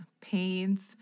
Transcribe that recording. pains